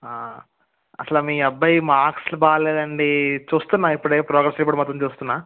అసల మీ అబ్బాయి మార్క్స్ బాగాలేదండి చూస్తున్నా ఇప్పుడే ప్రోగ్రెస్ రిపోర్ట్ మొత్తం చూస్తన్నాను